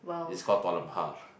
it's call dua lum pa